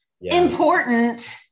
important